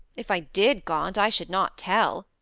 if i did, gaunt, i should not tell,